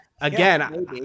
again